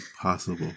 possible